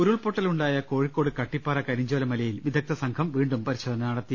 ഉരുൾപൊട്ടലുണ്ടായ കോഴിക്കോട് കട്ടിപ്പാറ കരിഞ്ചോലമലയിൽ വിദ ഗ്ദസംഘം വീണ്ടും പരിശോധന നടത്തി